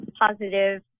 positive